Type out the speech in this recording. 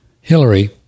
Hillary